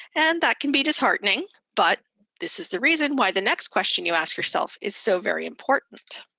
and that can be disheartening, but this is the reason why the next question you ask yourself is so very important.